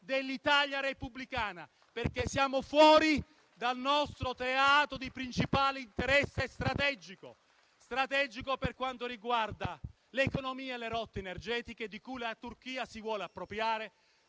dell'Italia repubblicana, perché siamo fuori dal nostro teatro di principale interesse strategico; strategico per quanto riguarda l'economia e le rotte energetiche, di cui la Turchia si vuole appropriare;